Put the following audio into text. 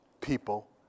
people